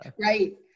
right